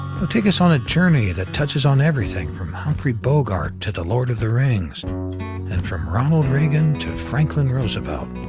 he'll take us on a journey that touches on everything from humphry bogart to the lord of the rings, and from ronald reagan to franklin roosevelt.